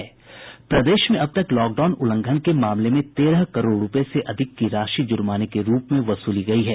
प्रदेश में अब तब लौकडाउन उल्लंघन के मामले में तेरह करोड़ रूपये से अधिक की राशि जुर्माने के रूप में वसूली गयी है